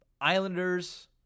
Islanders